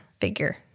figure